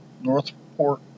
Northport